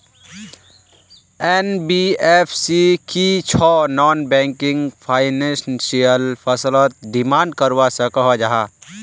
NBFC की छौ non banking financial फसलोत डिमांड करवा सकोहो जाहा?